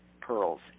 pearls